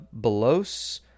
Belos